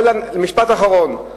משפט אחרון.